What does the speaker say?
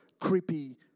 creepy